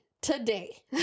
today